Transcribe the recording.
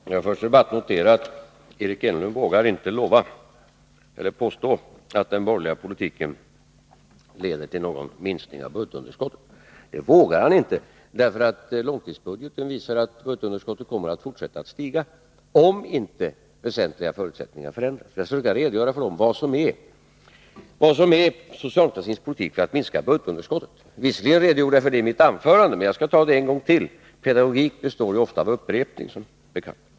Herr talman! Jag vill först notera att Eric Enlund inte vågar påstå att den borgerliga politiken leder till någon minskning av budgetunderskottet. Det vågar han inte göra därför att långtidsbudgeten visar att budgetunderskottet kommer att fortsätta att stiga, om inte väsentliga förutsättningar förändras. Jag skall försöka redogöra för vad som är socialdemokratins politik för att minska budgetunderskottet. Visserligen redogjorde jag för det i mitt anförande, men jag skall ta det en gång till — pedagogik består som bekant ofta av upprepning.